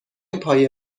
پای